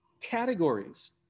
categories